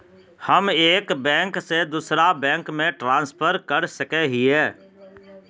हम एक बैंक से दूसरा बैंक में ट्रांसफर कर सके हिये?